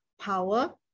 power